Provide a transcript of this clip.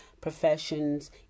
professions